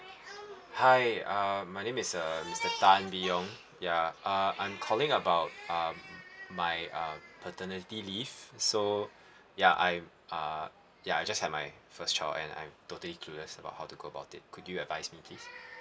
hi uh my name is uh mister tan bee yong ya uh I'm calling about um my um paternity leave so ya I uh ya I just had my first child and I'm totally clueless about how to go about it could you advise me please